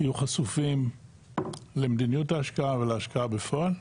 יהיו חשופים למדיניות ההשקעה ולהשקעה בפועל.